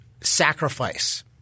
sacrifice